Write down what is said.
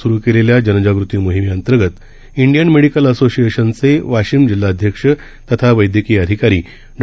कोरोनाविरुदध स्रूकेलेल्याजनजागृतीमोहिमेअंतर्गतइंडियनमेडिकलअसोसिएशनचेवाशिमजिल्हाध्यक्षतथावैद्यकीयअ धिकारीडॉ